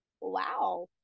wow